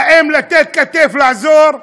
האם לתת כתף ולעזור?